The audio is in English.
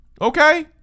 Okay